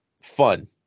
fun